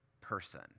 person